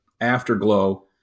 afterglow